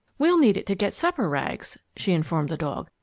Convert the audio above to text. we'll need it to get supper, rags, she informed the dog.